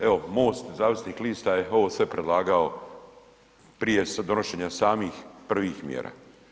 Evo MOST nezavisnih lista je ovo sve predlagao prije donošenja samih prvih mjera.